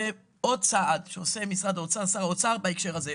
זה עוד צעד שעושה משרד האוצר ושר האוצר בהקשר הזה.